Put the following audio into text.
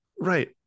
Right